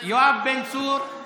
יואב בן צור,